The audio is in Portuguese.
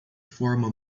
forma